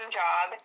job